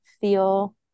feel